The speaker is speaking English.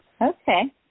Okay